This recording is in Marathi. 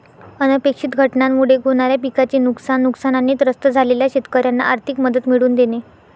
अनपेक्षित घटनांमुळे होणाऱ्या पिकाचे नुकसान, नुकसानाने त्रस्त झालेल्या शेतकऱ्यांना आर्थिक मदत मिळवून देणे